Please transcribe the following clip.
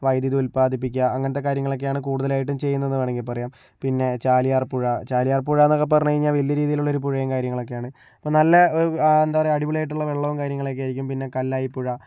വൈദ്യുതി ഉൽപ്പാദിപ്പിക്കാം അങ്ങനത്ത കാര്യങ്ങളൊക്കെയാണ് കൂടുതലായിട്ടും ചെയ്യുന്നത് എന്നു വേണമെങ്കിൽ പറയാം പിന്നെ ചാലിയാർപ്പുഴ ചാലിയാർപ്പുഴയെന്നൊക്കെ പറഞ്ഞു കഴിഞ്ഞാൽ വലിയ രീതിയിലുള്ളൊരു പുഴയും കാര്യങ്ങളൊക്കെയാണ് അപ്പോൾ നല്ല ആ എന്താ പറയുക അടിപൊളിയായിട്ടുള്ള വെള്ളവും കാര്യങ്ങളൊക്കെയായിരിക്കും പിന്നെ കല്ലായിപ്പുഴ